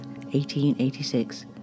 1886